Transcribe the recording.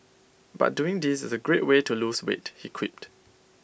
but doing this is A great way to lose weight he quipped